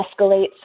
escalates